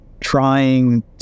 trying